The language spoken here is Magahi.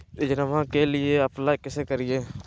योजनामा के लिए अप्लाई कैसे करिए?